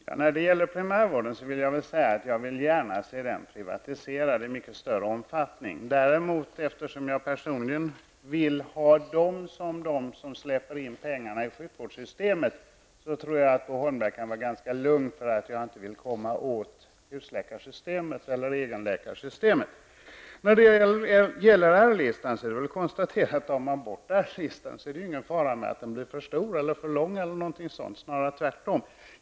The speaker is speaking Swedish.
Herr talman! När det gäller primärvården vill jag säga att jag gärna ser den privatiserad i mycket större omfattning. Däremot, eftersom jag personligen vill ha dem som de som släpper in pengarna i sjukvårdssystemet, tror jag att Bo Holmberg kan vara ganska lugn för att jag inte vill komma åt husläkarsystemet eller egenläkarsystemet. Tar man bort R-listan, är det ingen fara att den blir för stor eller för lång eller någonting sådant.